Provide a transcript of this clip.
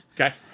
Okay